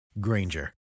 Granger